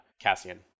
Cassian